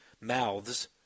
mouths